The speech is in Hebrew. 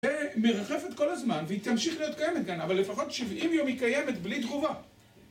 מרחפת כל הזמן, והיא תמשיך להיות קיימת כאן, אבל לפחות 70 יום היא קיימת בלי תגובה.